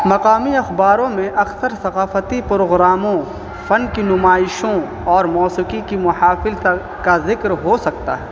مقامی اخباروں میں اکثر ثقافتی پروگراموں فن کی نمائشوں اور موسیقی کی محافظ کا ذکر ہو سکتا ہے